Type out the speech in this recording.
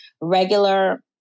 regular